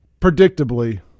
predictably